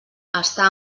està